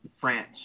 France